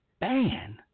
ban